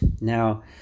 Now